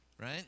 right